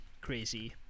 crazy